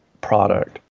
product